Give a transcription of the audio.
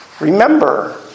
remember